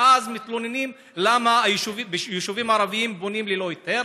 ואז מתלוננים למה יישובים ערביים בונים ללא היתר.